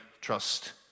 trust